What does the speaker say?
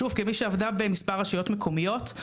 שוב, כמי שעבדה במספר רשויות מקומיות.